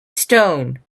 stone